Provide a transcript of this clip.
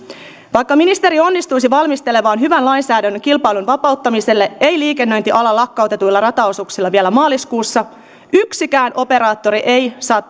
vaikka ministeri onnistuisi valmistelemaan hyvän lainsäädännön kilpailun vapauttamiselle ei liikennöinti ala lakkautetuilla rataosuuksilla vielä maaliskuussa yksikään operaattori ei saa